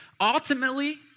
Ultimately